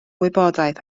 wybodaeth